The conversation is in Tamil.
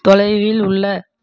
தொலைவில் உள்ள